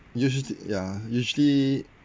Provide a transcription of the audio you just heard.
usually yeah usually